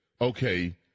okay